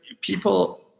people